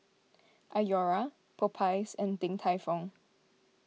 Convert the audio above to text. Iora Popeyes and Din Tai Fung